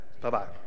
bye-bye